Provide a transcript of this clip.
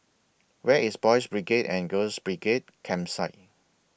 Where IS Boys' Brigade and Girls' Brigade Campsite